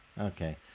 okay